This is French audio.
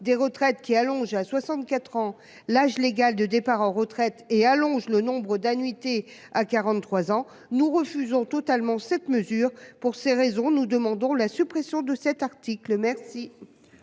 des retraites qui allonge à 64 ans l'âge légal de départ en retraite et allonge le nombre d'annuités à 43 ans. Nous refusons totalement cette mesure pour ces raisons, nous demandons la suppression de cet article, merci.